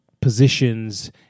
positions